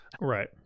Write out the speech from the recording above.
Right